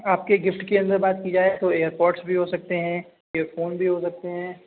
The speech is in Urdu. آپ کے گفٹ کے اندر بات کی جائے تو ایئر بڈس بھی ہو سکتے ہیں ایئر فون بھی ہو سکتے ہیں